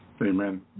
amen